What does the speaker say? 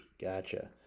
Gotcha